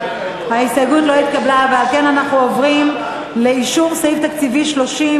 ההסתייגויות של קבוצת סיעת ש"ס לסעיף 30,